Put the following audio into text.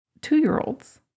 two-year-olds